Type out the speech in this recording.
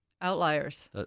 outliers